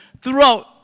throughout